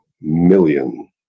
million